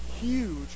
huge